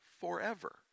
forever